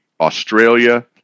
Australia